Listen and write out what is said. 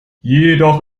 jedoch